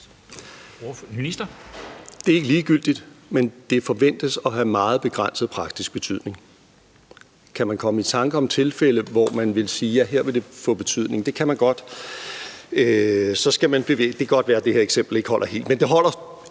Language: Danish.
Det er ikke ligegyldigt, men det forventes at have meget begrænset praktisk betydning. Kan man komme i tanke om tilfælde, hvor man ville sige, at her ville det få betydning? Det kan man godt, og det kan godt være, at det her eksempel ikke holder helt, men det holder